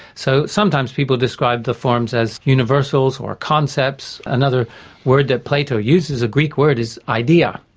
so sometimes people describe the forms as universals or concepts. another word that plato uses, a greek word is idea,